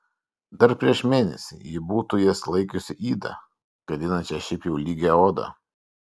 dar prieš mėnesį ji būtų jas laikiusi yda gadinančia šiaip jau lygią odą